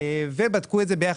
ברגע שהם יופרדו,